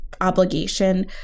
obligation